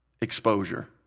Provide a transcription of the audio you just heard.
Exposure